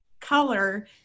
color